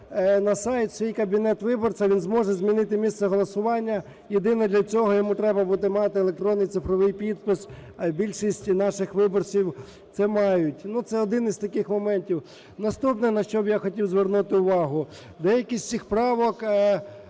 на сайт в свій кабінет виборця, він зможе змінити місце голосування. Єдине, для цього йому треба буде мати електронний цифровий підпис, більшість наших виборців це мають. Ну, це один із таких моментів. Наступне, на що б я хотів звернути увагу. Деякі з цих правок